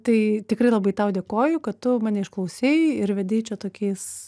tai tikrai labai tau dėkoju kad tu mane išklausei ir vedei čia tokiais